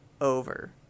over